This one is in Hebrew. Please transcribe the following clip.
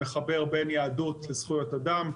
מחבר בין יהדות לזכויות אדם.